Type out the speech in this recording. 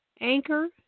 Anchor